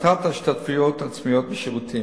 הפחתת ההשתתפויות העצמיות בשירותים,